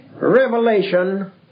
revelation